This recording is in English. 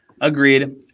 Agreed